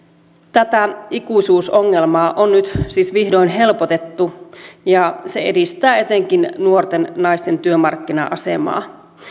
tätä ikuisuusongelmaa on nyt siis vihdoin helpotettu ja se edistää etenkin nuorten naisten työmarkkina asemaa